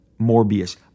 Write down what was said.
Morbius